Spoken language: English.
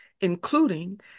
including